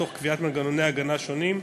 תוך קביעת מנגנוני הגנה שונים.